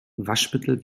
waschmittel